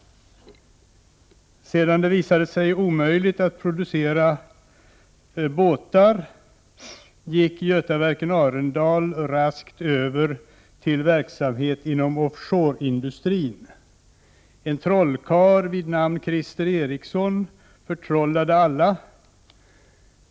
Sedan det visade sig omöjligt att producera båtar gick Götaverken Arendal raskt över till verksamhet inom offshoreindustrin. En trollkarl vid namn Christer Ericsson förtrollade alla.